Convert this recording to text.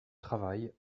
travail